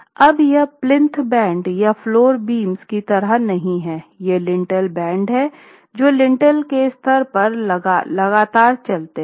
अब यह plinth beam या फ्लोर बीम की तरह नहीं हैं ये लिंटेल बैंड हैं जो लिंटेल के स्तर पर लगातार चलते हैं